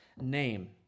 name